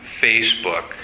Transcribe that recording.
Facebook